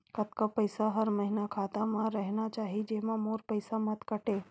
कतका पईसा हर महीना खाता मा रहिना चाही जेमा मोर पईसा मत काटे?